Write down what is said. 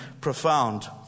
profound